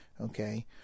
okay